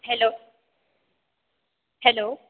hello hello